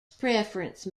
preference